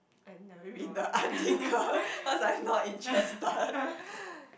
I never read the article cause I not interested